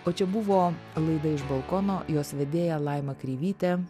o čia buvo laida iš balkono jos vedėja laima kreivytė